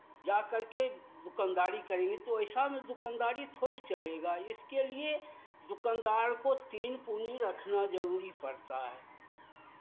जाकर के दुकानदारी करेंगे तो ऐसा में दुकानदारी थोड़े चलेगा इसके लिए दुकानदार को तीन पूँजी रखना जरूरी पड़ता है